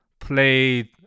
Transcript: played